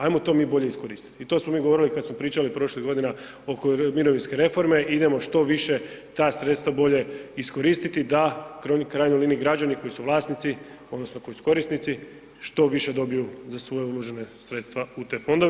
Ajmo to mi bolje iskoristiti i to smo mi govorili kada smo pričali prošlih godina oko mirovinske reforme idemo što više ta sredstva bolje iskoristiti da u krajnjoj liniji građani koji su vlasnici odnosno koji su korisnici što više dobiju za svoja uložena sredstva u te fondove.